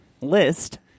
list